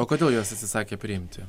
o kodėl jos atsisakė priimti